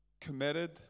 committed